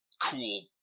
cool